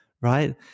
Right